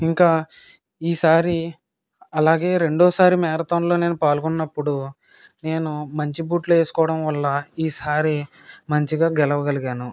ఇంకా ఈ సారి అలాగే రెండవసారి మ్యారథాన్లో నేను పాల్గొన్నప్పుడు నేను మంచి బూట్లు వేసుకోవడం వల్ల ఈ సారి మంచిగా గెలవగలిగాను